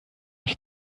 ich